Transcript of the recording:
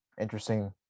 interesting